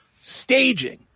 staging